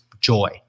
joy